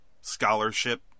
scholarship